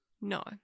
No